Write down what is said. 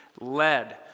led